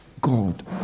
God